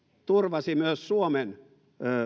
turvasi myös suomen